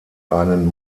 einen